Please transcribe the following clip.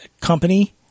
company